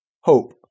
Hope